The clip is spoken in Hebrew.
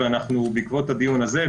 בעקבות הדיון הזה,